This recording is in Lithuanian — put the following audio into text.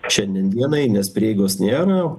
šiandien dienai nes prieigos nėra